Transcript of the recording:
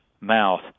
mouth